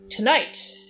Tonight